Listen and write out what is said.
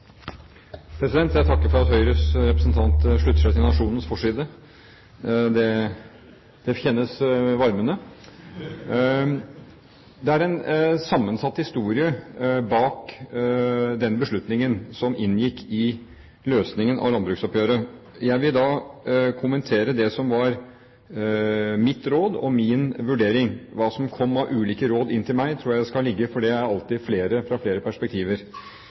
rådet? Jeg takker for at Høyres representant slutter seg til Nationens forside. Det kjennes varmende. Det er en sammensatt historie bak den beslutningen som inngikk i løsningen på landbruksoppgjøret. Jeg vil kommentere det som var mitt råd og min vurdering. Hva som kom av ulike råd inn til meg, tror jeg jeg skal la ligge, for det er alltid flere, fra flere perspektiver.